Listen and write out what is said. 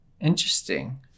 Interesting